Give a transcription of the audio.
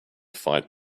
fight